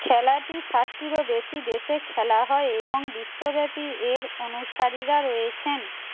খেলাটি ষাটটিরও বেশি দেশে খেলা হয় এবং বিশ্বব্যাপী এর অনুসারীরা রয়েছেন